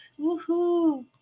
Woohoo